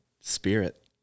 spirit